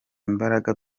imbaraga